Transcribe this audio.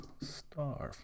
starve